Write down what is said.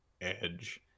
edge